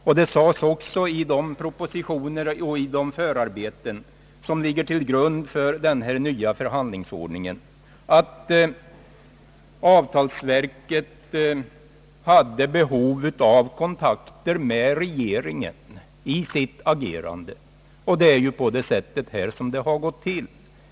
Det framhölls även i de propositioner och i de förarbeten som ligger till grund för den nya förhandlingsordningen att avtalsverket hade behov av kontakter med regeringen i sitt agerande. Det är också på detta sätt man har gått fram.